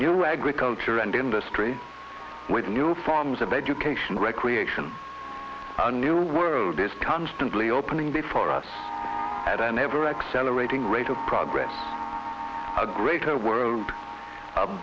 new agriculture and industry with new forms of education recreation a new world is constantly opening before us at an ever accelerating rate of proud a greater world a